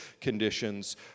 conditions